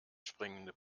springende